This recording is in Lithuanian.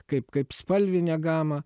kaip kaip spalvinę gamą